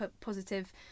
positive